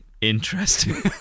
Interesting